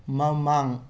ꯃꯃꯥꯡ